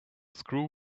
screw